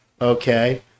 okay